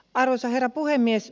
arvoisa herra puhemies